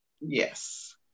Yes